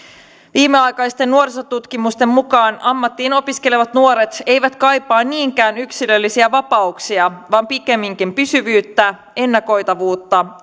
viimeaikaisten nuorisotutkimusten mukaan ammattiin opiskelevat nuoret eivät kaipaa niinkään yksilöllisiä vapauksia vaan pikemminkin pysyvyyttä ennakoitavuutta